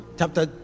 chapter